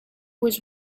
was